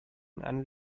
and